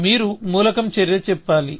మీరు మూలకం చర్య చెప్పాలి